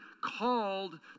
called